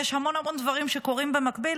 כי יש המון המון דברים שקורים במקביל,